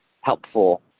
helpful